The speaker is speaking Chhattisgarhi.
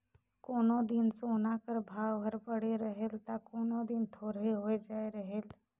कोनो दिन सोना कर भाव हर बढ़े रहेल ता कोनो दिन थोरहें होए जाए रहेल